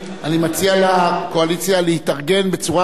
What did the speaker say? רצינית על מנת להביא חמישה אנשים למליאה,